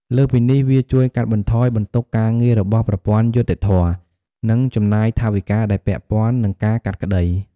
លើសពីនេះ វាជួយកាត់បន្ថយបន្ទុកការងាររបស់ប្រព័ន្ធយុត្តិធម៌ និងចំណាយថវិកាដែលពាក់ព័ន្ធ នឹងការកាត់ក្តី។